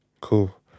cool